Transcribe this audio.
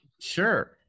Sure